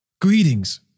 greetings